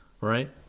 right